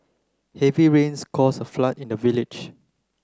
heavy rains cause a flood in the village